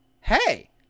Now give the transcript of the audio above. Hey